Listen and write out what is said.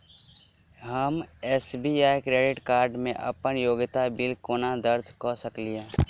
हम SBI credit card मे अप्पन उपयोगिता बिल केना दर्ज करऽ सकलिये?